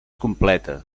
completa